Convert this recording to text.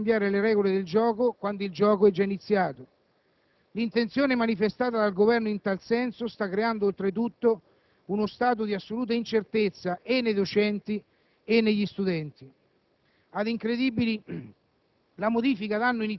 è davvero contrario a giustizia pensare di poter cambiare le regole del gioco quando il gioco è già iniziato; l'intenzione manifestata dal Governo in tal senso sta creando oltretutto uno stato di assoluta incertezza e nei docenti e negli studenti;